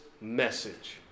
message